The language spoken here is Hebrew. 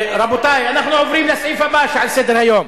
רבותי, אנחנו עוברים לסעיף הבא שעל סדר-היום: